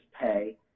pay